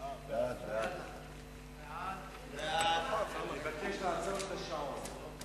אני מבקש לעצור את השעון.